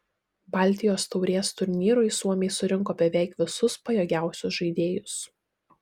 baltijos taurės turnyrui suomiai surinko beveik visus pajėgiausius žaidėjus